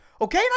Okay